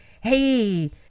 hey